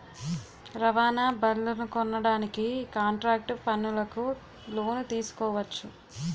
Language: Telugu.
రవాణా బళ్లనుకొనడానికి కాంట్రాక్టు పనులకు లోను తీసుకోవచ్చు